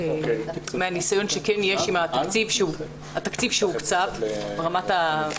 מהניסיון שכן יש עם התקציב שהוקצב, ברמת ה-,